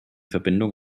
verbindung